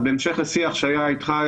אז בהמשך לשיח שהיה איתך,